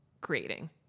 creating